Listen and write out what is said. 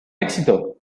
éxito